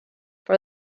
for